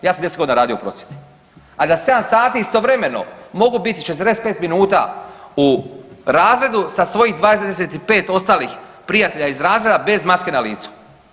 Ja sam 10 godina radio u prosvjeti, a da sedam sati istovremeno mogu biti 45 minuta u razredu sa svojih 25 ostalih prijatelja iz razreda bez maske na licu.